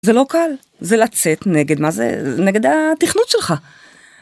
זה לא קל זה לצאת נגד מה זה נגד התכנות שלך.